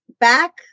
back